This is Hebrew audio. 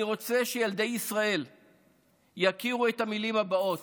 אני רוצה שילדי ישראל יכירו את המילים הבאות: